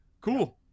Cool